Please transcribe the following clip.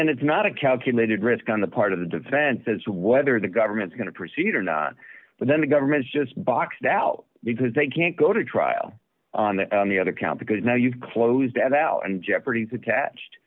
then it's not a calculated risk on the part of the defense as to whether the government's going to proceed or not but then the government's just boxed out because they can't go to trial on the other count because now you can close that out and jeopardy is attached